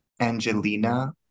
Angelina